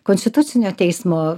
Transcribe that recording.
konstitucinio teismo